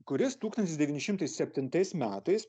kuris tūkstantis devyni šimtai septintais metais